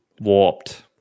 Warped